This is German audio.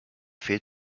fehlt